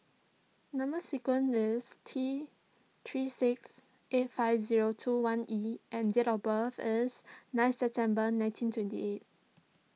Number Sequence is T three six eight five zero two one E and date of birth is nine September nineteen twenty eight